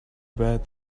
bad